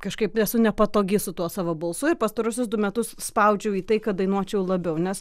kažkaip nesu nepatogiai su tuo savo balsu ir pastaruosius du metus spaudžiau į tai kad dainuočiau labiau nes